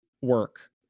work